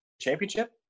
Championship